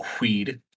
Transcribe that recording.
weed